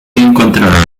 encontrará